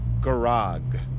Garag